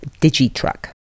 Digitruck